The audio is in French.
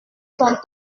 son